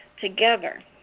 together